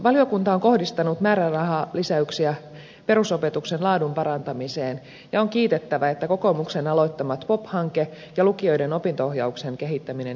valiokunta on kohdistanut määrärahalisäyksiä perusopetuksen laadun parantamiseen ja on kiitettävä että kokoomuksen aloittamat pop hanke ja lukioiden opinto ohjauksen kehittäminen jatkuvat